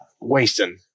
wasting